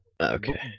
okay